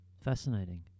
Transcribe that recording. Fascinating